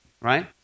right